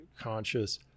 conscious